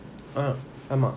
ஆமா:ama